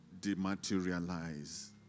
dematerialize